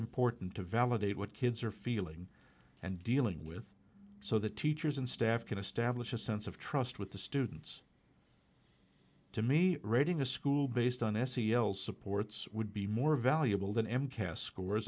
important to validate what kids are feeling and dealing with so that teachers and staff can establish a sense of trust with the students to me reading a school based on s c l supports would be more valuable than m cast scores